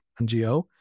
NGO